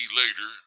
later